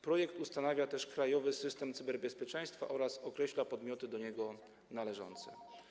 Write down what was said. Projekt ustanawia też krajowy system cyberbezpieczeństwa oraz określa podmioty do niego należące.